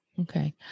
Okay